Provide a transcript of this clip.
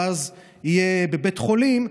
ואז הוא יהיה בבית חולים,